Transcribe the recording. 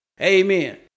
Amen